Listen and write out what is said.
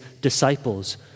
disciples